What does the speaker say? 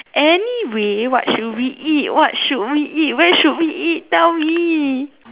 anyway what should we eat what should we eat where should we eat tell me